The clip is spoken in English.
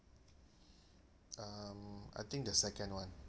um I think the second one